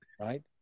Right